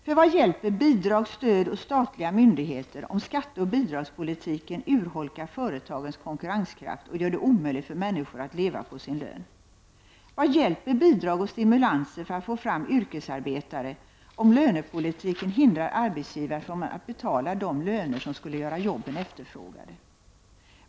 För vad hjälper bidrag, stöd och statliga myndigheter om skatteoch bidragspolitiken urholkar företagens konkurrenskraft och gör det omöjligt för människor att leva på sin lön? Vad hjälper bidrag och stimulanser för att få fram yrkesarbetare om lönepolitiken hindrar arbetsgivare från att betala de löner som skulle göra jobben efterfrågade?